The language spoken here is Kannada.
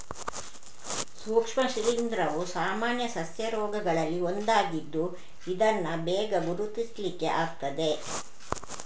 ಸೂಕ್ಷ್ಮ ಶಿಲೀಂಧ್ರವು ಸಾಮಾನ್ಯ ಸಸ್ಯ ರೋಗಗಳಲ್ಲಿ ಒಂದಾಗಿದ್ದು ಇದನ್ನ ಬೇಗ ಗುರುತಿಸ್ಲಿಕ್ಕೆ ಆಗ್ತದೆ